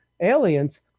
aliens